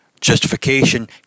justification